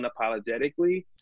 unapologetically